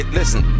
listen